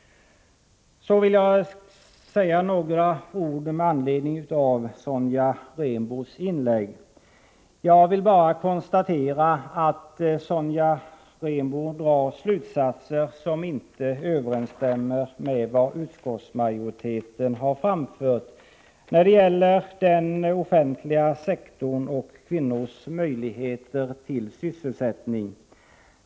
Så vill jag säga några ord med anledning av Sonja Rembos inlägg. Jag vill bara konstatera att hon drar slutsatser som inte överensstämmer med vad utskottsmajoriteten har anfört när det gäller den offentliga sektorn och kvinnors möjlighet till sysselsättning.